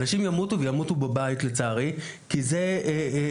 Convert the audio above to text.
אנשים ימותו וגם ימותו בבית לצערי, כי זה קורה.